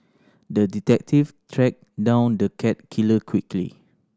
the detective tracked down the cat killer quickly